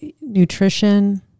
nutrition